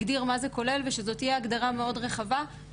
אנחנו רוצות לכלול כמה שיותר תופעות ומופעים,